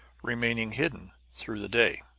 remaining hidden through the day.